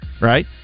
Right